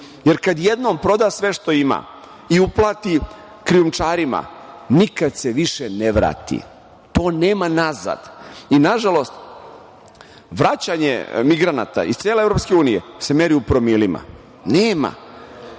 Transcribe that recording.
može. Kad jednom proda sve što ima i uplati krijumčarima nikada se više ne vrati. To nema nazad. Nažalost, vraćanje migranata iz cele EU se meri u promilima. Nema.